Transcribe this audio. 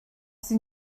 sie